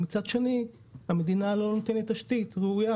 אבל מצד שני המדינה לא נותנת תשתית ראויה